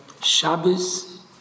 Shabbos